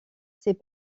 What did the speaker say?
ses